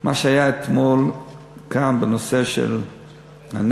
מה שהיה אתמול כאן, בנושא של הנטל,